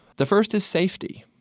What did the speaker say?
the first is safety.